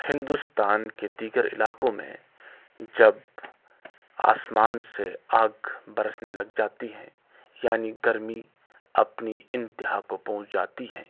ہندوستان کے دیگر علاقوں میں جب آسمان سے آگ برسنے لگ جاتی ہے یعنی گرمی اپنی انتہا کو پہنچ جاتی ہے